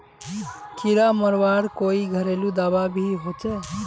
कीड़ा मरवार कोई घरेलू दाबा भी होचए?